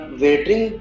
waiting